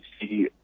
see